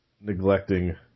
neglecting